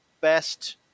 best